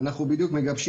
אנחנו מדברים